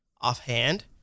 offhand